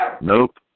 Nope